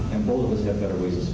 and both of us have better ways